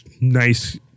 nice